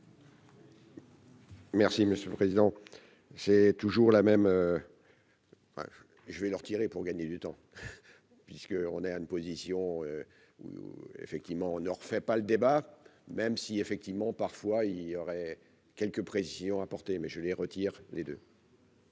Merci monsieur le président, c'est toujours la même : ouais, je vais le retirer pour gagner du temps, puisqu'on est à une position où effectivement on ne refait pas le débat, même si effectivement parfois il y aurait quelques précisions apportées mais je les retire les deux.